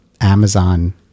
Amazon